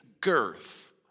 girth